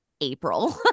April